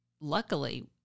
luckily